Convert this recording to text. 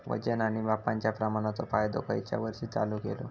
वजन आणि मापांच्या प्रमाणाचो कायदो खयच्या वर्षी चालू केलो?